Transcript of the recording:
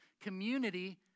community